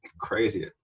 crazy